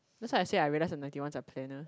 that's why I say I realise that ninety ones are planners